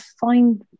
find